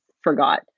forgot